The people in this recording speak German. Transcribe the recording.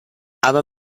aber